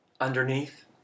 Underneath